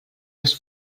les